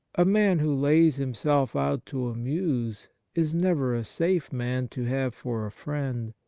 a man who lays himself out to amuse is never a safe man to have for a friend,